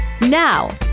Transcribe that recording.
now